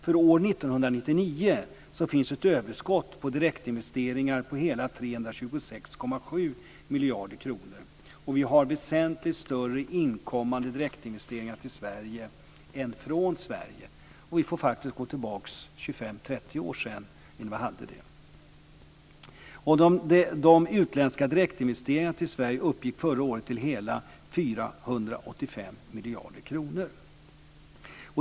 För år 1999 finns ett överskott på direktinvesteringar på hela 326,7 miljarder kronor. Och vi har väsentligt större direktinvesteringar inkommande till Sverige än från Sverige. Det är faktiskt 25 30 år sedan vi hade det. De utländska direktinvesteringarna till Sverige uppgick förra året till hela 485 miljarder kronor.